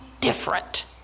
different